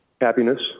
happiness